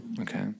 Okay